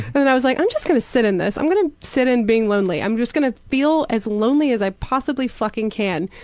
then i was like, i'm just gonna sit in this, i'm gonna sit it being lonely. i'm just gonna feel as lonely as i possibly fucking can.